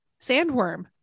sandworm